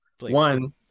One